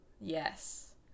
Yes